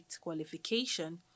qualification